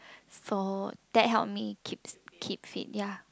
for that help me keep keep fit ya